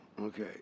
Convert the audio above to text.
okay